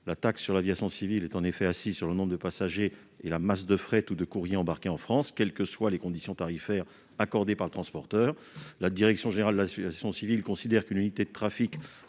La taxe sur l'aviation civile est assise sur le nombre de passagers et la masse de fret ou de courrier embarqués en France, quelles que soient les conditions tarifaires accordées par le transporteur. La direction générale de l'aviation civile (DGAC) considère qu'une unité de trafic